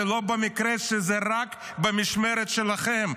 זה לא במקרה שכל האסונות רק במשמרת שלכם.